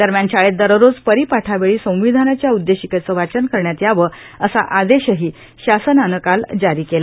दरम्यानए शाळेत दररोज परिपाठावेळी संविधानाच्या उददेशिकेचं वाचन करण्यात यावंए असा आदेशही शासनानं काल जारी केला